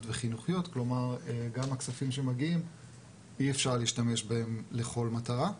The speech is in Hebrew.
וחינוכיות כלומר גם הכספים שמגיעים אי אפשר להשתמש בהם לכל מטרה.